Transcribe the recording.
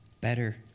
better